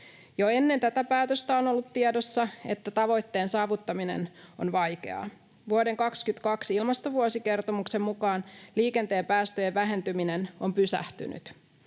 Jo ennen tätä päätöstä on ollut tiedossa, että tavoitteen saavuttaminen on vaikeaa. Vuoden 22 ilmastovuosikertomuksen mukaan liikenteen päästöjen vähentyminen on pysähtynyt.